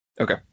Okay